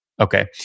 Okay